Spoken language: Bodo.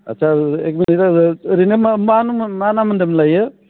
आत्सा एक मिनिट ओरैनो मा मा मुं मा नाम होन्दों मोनलायो